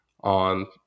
on